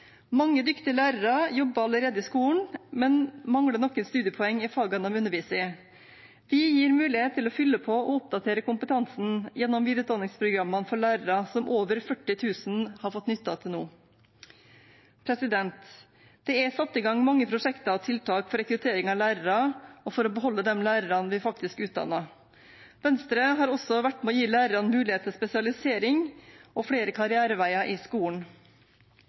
Mange dyktige lærere jobber allerede i skolen, men mangler noen studiepoeng i fagene de underviser i. Vi gir mulighet til å fylle på og oppdatere kompetansen gjennom videreutdanningsprogrammene for lærere, som over 40 000 har fått nytte av til nå. Det er satt i gang mange prosjekter og tiltak for rekruttering av lærere og for å beholde de lærerne vi faktisk utdanner. Venstre har også vært med på å gi lærerne mulighet til spesialisering og flere karriereveier i skolen.